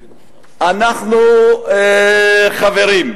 אנחנו חברים,